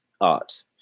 art